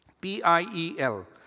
P-I-E-L